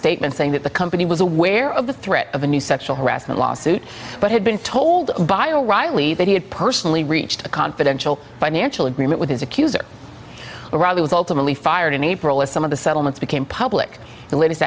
statement saying that the company was aware of the threat of a new sexual harassment lawsuit but had been told by o'reilly that he had personally reached a confidential financial agreement with his accuser o'reilly was ultimately fired in april as some of the settlements became public the latest